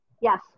Yes